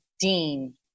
dean